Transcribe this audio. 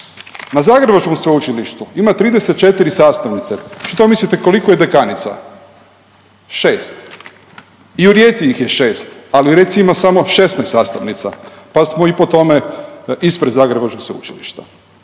Na zagrebačkom sveučilištu ima 34 sastavnice. Što mislite koliko je dekanica? 6. I u Rijeci ih je 6, ali u Rijeci ima samo 16 sastavnica pa smo i po tome ispred zagrebačkog sveučilišta.